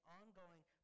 ongoing